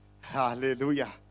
Hallelujah